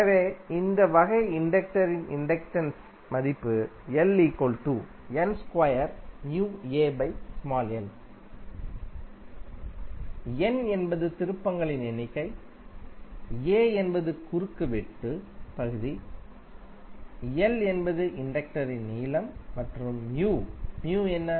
எனவே இந்த வகை இண்டக்டரின் இண்டக்டன்ஸ் மதிப்பு N என்பது திருப்பங்களின் எண்ணிக்கை A என்பது குறுக்கு வெட்டு பகுதி l என்பது இண்டக்டரின் நீளம் மற்றும் என்ன